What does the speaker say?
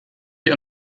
die